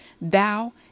thou